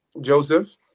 Joseph